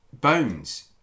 Bones